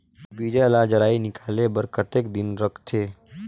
बीजा ला जराई निकाले बार कतेक दिन रखथे?